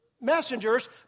messengers